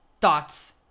thoughts